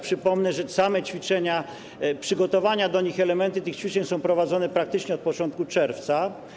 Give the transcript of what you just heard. Przypomnę, że same ćwiczenia, przygotowania do nich, elementy tych ćwiczeń są prowadzone praktycznie od początku czerwca.